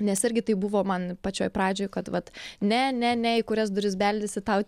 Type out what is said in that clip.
nes irgi taip buvo man pačioj pradžioj kad vat ne ne ne į kurias duris beldiesi tau